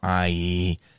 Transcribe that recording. IE